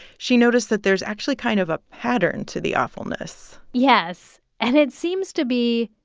she noticed that there's actually kind of a pattern to the awfulness yes, and it seems to be,